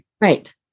Right